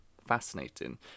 fascinating